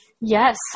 Yes